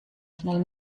schnell